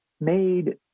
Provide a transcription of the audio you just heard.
made